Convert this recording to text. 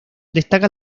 destaca